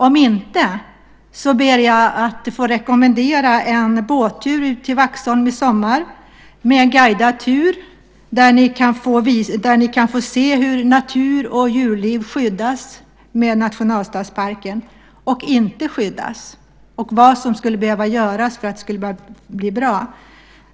Om inte så ber jag att få rekommendera en guidad båttur ut till Vaxholm i sommar där ni kan få se hur natur och djurliv skyddas i och med nationalstadsparken. Ni ser också vad som inte skyddas och vad som skulle behöva göras för att det skulle bli bra.